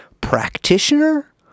practitioner